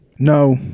No